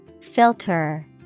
Filter